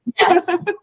Yes